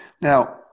Now